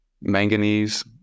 Manganese